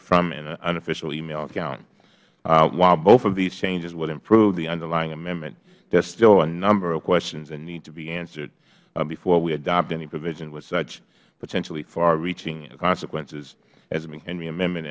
from an unofficial email account while both of these changes would improve the underlying amendment there are still a number of questions that need to be answered before we adopt any provision with such potentially far reaching consequences as the mchenry amendment